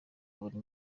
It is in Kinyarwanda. buri